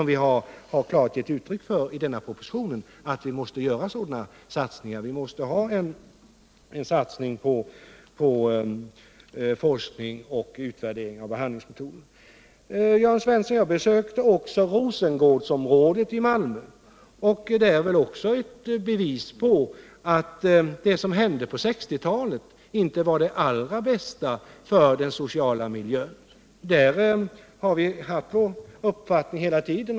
Vi har i denna proposition givit klart uttryck för att vi måste satsa på forskning och utvärdering av behandlingsmetoderna. Jag besökte också Rosengårdsområdet i Malmö, herr Svensson, och det är väl också ett bevis på att det som hände på 1960-talet inte var det allra bästa för den sociala miljön. Därvidlag har vi haft vår uppfattning hela tiden.